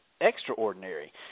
extraordinary